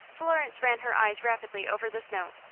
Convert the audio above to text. florence ran her eyes rapidly over this note,